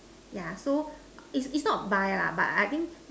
yeah so its its not buy lah but I think